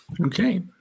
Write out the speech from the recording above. Okay